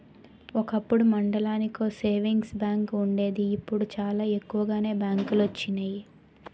ఒకప్పుడు మండలానికో savings bank వుండేది ఇప్పుడు చాలా ఎక్కువగానే బ్యాంకులొచ్చినియి